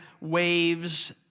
waves